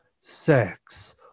sex